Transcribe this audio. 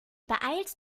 beeilst